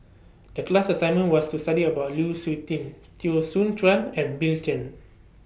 The class assignment was to study about Lu Suitin Teo Soon Chuan and Bill Chen